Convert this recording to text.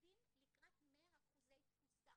עומדים לקראת 100% תפוסה.